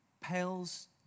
pales